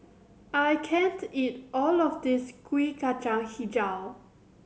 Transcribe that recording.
I can't eat all of this Kuih Kacang Hijau